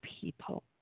people